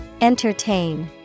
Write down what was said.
Entertain